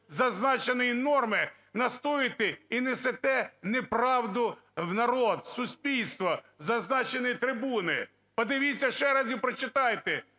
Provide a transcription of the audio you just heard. зазначеної норми, настоюєте і несете неправду в народ, в суспільство із зазначеної трибуни. Подивіться ще раз і почитайте: